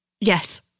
Yes